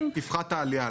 תפחת העלייה,